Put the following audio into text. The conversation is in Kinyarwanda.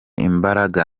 imbaraga